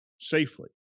safely